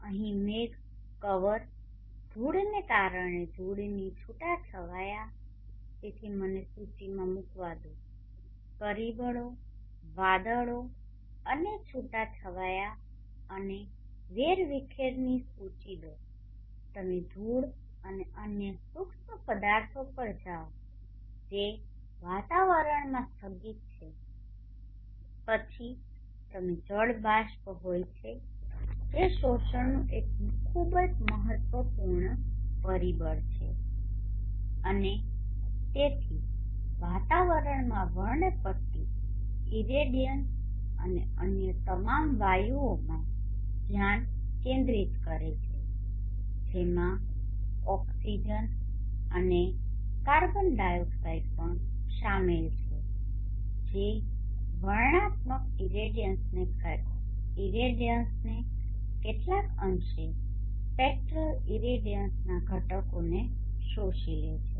અહીં મેઘ કવર ધૂળને કારણે ધૂળની છૂટાછવાયા તેથી મને સૂચિમાં મૂકવા દો પરિબળો વાદળો અને છૂટાછવાયા અને વેરવિખેરની સૂચિ દો તમે ધૂળ અને અન્ય સૂક્ષ્મ પદાર્થો પર જાઓ જે વાતાવરણમાં સ્થગિત છે પછી તમે જળ બાષ્પ હોય છે જે શોષણનું એક ખૂબ જ મહત્વપૂર્ણ પરિબળ છે અને તેથી વાતાવરણમાં વર્ણપટ્ટી ઇરેડિયન્સ અને અન્ય તમામ વાયુઓમાં ધ્યાન કેન્દ્રિત કરે છે જેમાં ઓક્સિજન અને કાર્બન ડાયોક્સાઇડ પણ શામેલ છે જે વર્ણનાત્મક ઇરેડિયન્સને કેટલાક અંશે સ્પેક્ટરલ ઇરેડિયન્સના ઘટકો શોષી લે છે